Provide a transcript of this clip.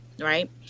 Right